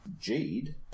jade